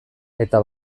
eta